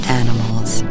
animal's